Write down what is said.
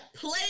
play